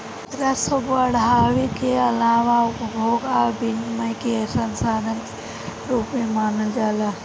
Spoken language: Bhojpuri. राजस्व बढ़ावे के आलावा उपभोग आ विनियम के साधन के रूप में मानल जाला